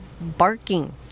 barking